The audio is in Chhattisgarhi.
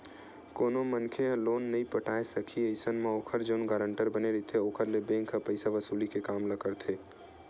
कोनो मनखे ह लोन नइ पटाय सकही अइसन म ओखर जउन गारंटर बने रहिथे ओखर ले बेंक ह पइसा वसूली के काम ल करथे